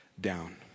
down